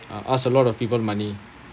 uh ask a lot of people money